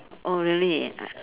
oh really uh